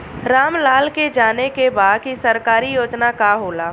राम लाल के जाने के बा की सरकारी योजना का होला?